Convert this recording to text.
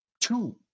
two